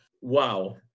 wow